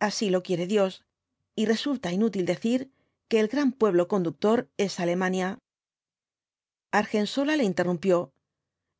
así lo quiere dios y resulta inútil decir que el gran pueblo conductor es alemania argensola le interrumpió